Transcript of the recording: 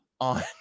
on